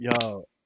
Yo